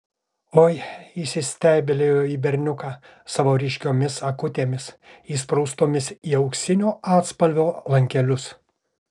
oi įsistebeilijo į berniuką savo ryškiomis akutėmis įspraustomis į auksinio atspalvio lankelius